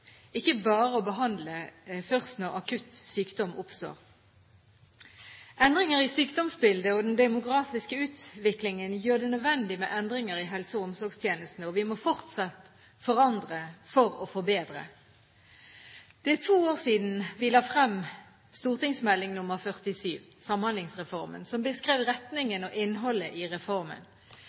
ikke bare å behandle først når akutt sykdom oppstår. Endringer i sykdomsbildet og i den demografiske utviklingen gjør det nødvendig med endringer i helse- og omsorgstjenesten. Vi må fortsatt forandre for å forbedre. Det er to år siden vi la frem St.meld. nr. 47 for 2008–2009, Samhandlingsreformen, som beskrev retningen og innholdet i reformen.